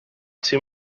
too